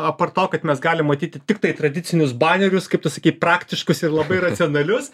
apart to kad mes galim matyti tiktai tradicinius banerius kaip tu sakei praktiškus ir labai racionalius